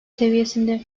seviyesinde